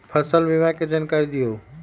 फसल बीमा के जानकारी दिअऊ?